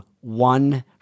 one